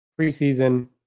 Preseason